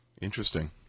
Interesting